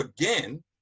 again